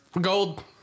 Gold